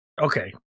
okay